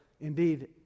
indeed